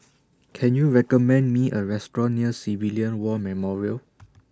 Can YOU recommend Me A Restaurant near Civilian War Memorial